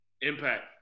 Impact